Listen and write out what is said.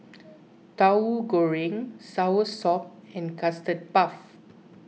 Tauhu Goreng Soursop and Custard Puff